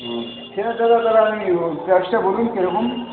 হুম ঠিক আছে চয়েজটা বলি কীরকম